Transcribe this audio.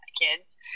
kids